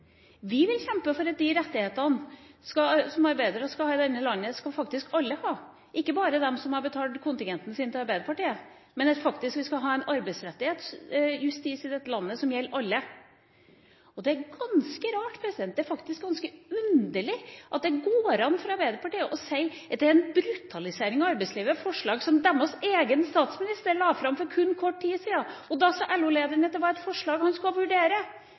Vi vil kjempe for at de rettighetene som arbeidere skal ha i dette landet, de skal alle ha, ikke bare de som har betalt kontingenten sin til Arbeiderpartiet. Vi mener at vi skal ha en arbeidsrettighetsjustis i dette landet som gjelder alle. Det er ganske rart, det er faktisk ganske underlig, at det går an for Arbeiderpartiet å si at dette er en brutalisering av arbeidslivet. Dette er forslag som deres egen statsminister la fram for kun kort tid siden, og da sa LO-lederen at det var et forslag han skulle vurdere.